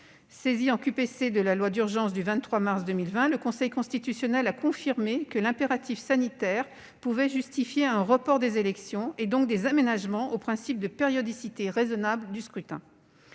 relative à la loi d'urgence du 23 mars 2020, le Conseil constitutionnel a confirmé que l'impératif sanitaire pouvait justifier un report des élections et, donc, des aménagements au principe de périodicité raisonnable du scrutin.